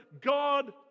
God